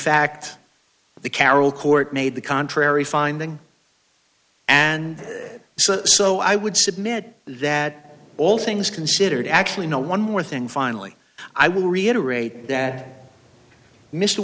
fact the carroll court made the contrary finding and so i would submit that all things considered actually no one more thing finally i will reiterate that mr